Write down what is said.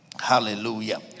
Hallelujah